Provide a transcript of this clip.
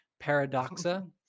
paradoxa